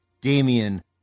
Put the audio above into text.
Damian